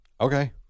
Okay